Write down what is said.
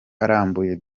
arambuye